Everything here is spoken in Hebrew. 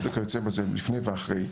צפיפות לפני ואחריי.